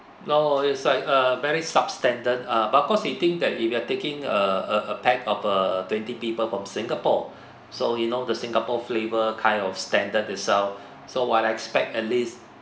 no is like a very substandard ah but of course it think that if you are taking a a a pack of uh twenty people from singapore so you know the singapore flavour kind of standard itself so while expect at least